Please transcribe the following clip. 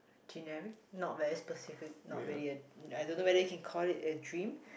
generic not very specific not really a I don't know whether you can call it a dream